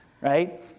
right